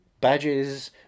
badges